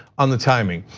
on the timing,